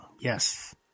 Yes